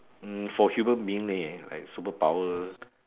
um for human being leh like superpower